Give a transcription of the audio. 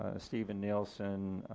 ah steven nielsen,